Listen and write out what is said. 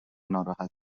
ناراحت